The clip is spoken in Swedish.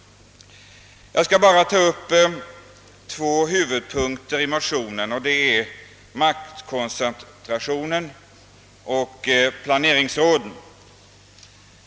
| Jag skall bara ta upp två huvudpunkter i motionen, nämligen maktkoncentrationen och planeringsråden.